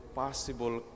possible